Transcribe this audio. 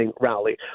rally